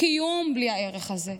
קיום בלי הערך הזה.